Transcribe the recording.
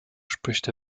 spricht